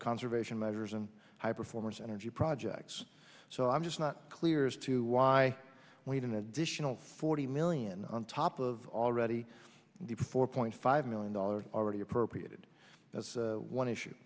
conservation measures and high performance energy projects so i'm just not clear as to why we don't additional forty million on top of already the four point five million dollars already appropriated that's one issue